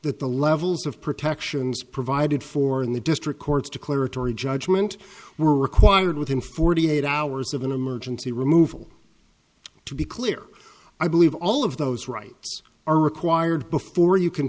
that the levels of protections provided for in the district courts declaratory judgment were required within forty eight hours of an emergency removal to be clear i believe all of those rights are required before you can